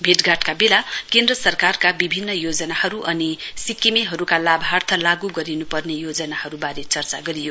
भेटघाटका बेला केन्द्र सरकारका विभिन्न योजनाहरू अनि सिक्किमेहरूका लाभार्थ लाग् गरिनुपर्ने योजनाहरूबारे चर्चा गरियो